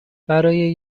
برای